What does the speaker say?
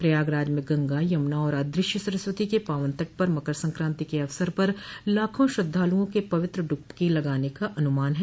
प्रयागराज में गंगा यमुना और अदृश्य सरस्वती के पावन तट पर मकर संक्रांति के अवसर पर लाखों श्रद्धालुओं के पवित्र डुबकी लगाने का अनुमान है